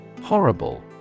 Horrible